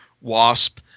Wasp